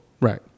Right